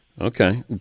Okay